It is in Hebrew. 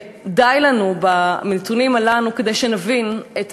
די לנו בנתונים הללו כדי להבין את